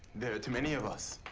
there are too many of us.